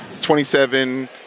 27